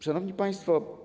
Szanowni Państwo!